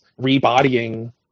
rebodying